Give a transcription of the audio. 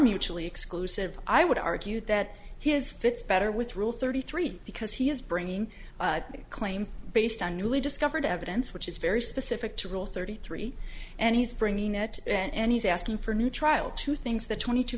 mutually exclusive i would argue that he has fits better with rule thirty three because he is bringing the claim based on newly discovered evidence which is very specific to rule thirty three and he's bringing it and he's asking for a new trial two things the twenty to